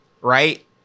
right